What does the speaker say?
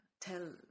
tell